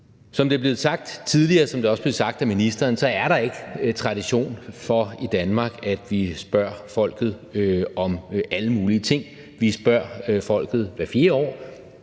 Som det er blevet sagt tidligere, og som det også er blevet sagt af ministeren, er der ikke tradition for i Danmark, at vi spørger folket om alle mulige ting. Vi spørger folket hvert fjerde år,